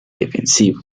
defensivo